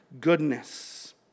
goodness